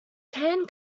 can